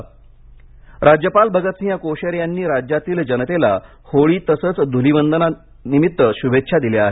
शभेच्छा राज्यपाल राज्यपाल भगतसिंह कोश्यारी यांनी राज्यातील जनतेला होळी तसेच धुलीवंदनानिमित्त शुभेच्छा दिल्या आहेत